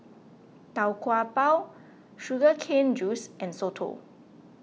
Tau Kwa Pau Sugar Cane Juice and Soto